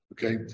Okay